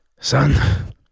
Son